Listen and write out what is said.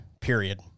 period